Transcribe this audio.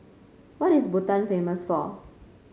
what is Bhutan famous for